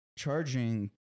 charging